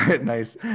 Nice